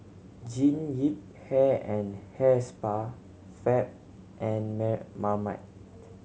Jean Yip Hair and Hair Spa Fab and Mare Marmite